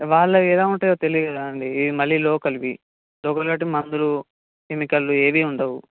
వాళ్ళవి ఎలా ఉంటాయో తెలీయదా అండి ఇవి మళ్ళీ లోకల్వి లోకల్ కాబట్టి మందులు కెమికల్లు ఏవి ఉండవు